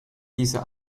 dieser